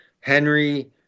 Henry